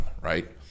right